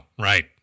right